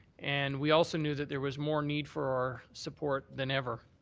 and we also knew that there was more need for our support than ever.